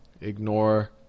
Ignore